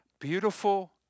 beautiful